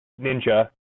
ninja